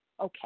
Okay